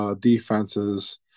Defenses